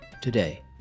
today